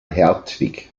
hertwig